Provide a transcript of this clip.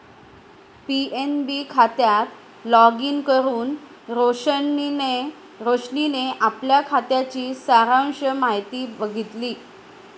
PNB खात्यात login करुन रोशनीने आपल्या खात्याची सारांश माहिती बघितली